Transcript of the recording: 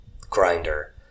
grinder